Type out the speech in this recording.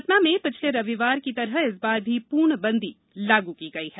सतना में पिछले रविवार की तरह इस बार भी पूर्णबंदी लागू की गई है